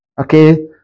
okay